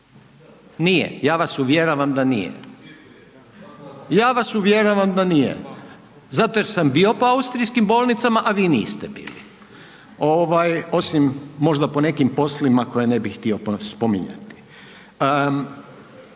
je to u Austriji? Nije, ja vas uvjeravam da nije zato jer sam bio po austrijskim bolnicama, a vi niste bili, ovaj osim možda po nekim poslima koje ne bih htio spominjati.